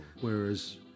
Whereas